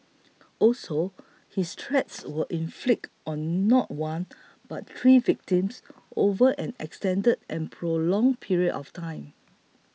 also his threats were inflicted on not one but three victims over an extended and prolonged period of time